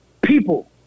people